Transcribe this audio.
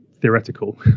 theoretical